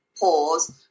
Pause